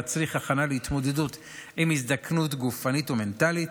המצריך הכנה להתמודדות עם הזדקנות גופנית ומנטלית,